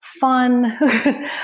fun